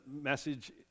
message